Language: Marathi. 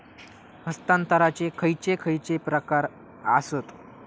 हस्तांतराचे खयचे खयचे प्रकार आसत?